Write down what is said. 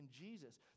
Jesus